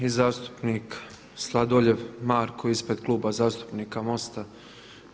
I zastupnik Sladoljev Marko ispred Kluba zastupnika MOST-a.